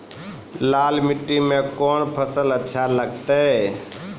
लाल मिट्टी मे कोंन फसल अच्छा लगते?